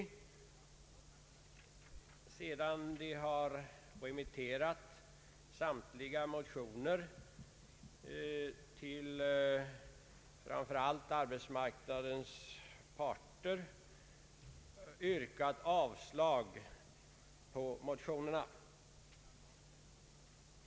motioner till framför allt arbetsmarknadens parter, yrkat avslag på motionerna.